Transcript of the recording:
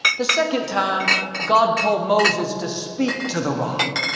the second time, god told moses to speak to the rock.